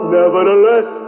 nevertheless